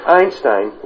Einstein